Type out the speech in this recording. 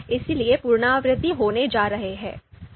इसलिए पुनरावृति होने जा रही है